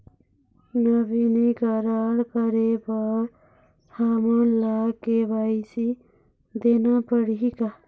नवीनीकरण करे बर हमन ला के.वाई.सी देना पड़ही का?